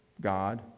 God